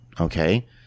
okay